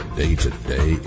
day-to-day